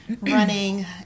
running